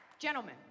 Gentlemen